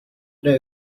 know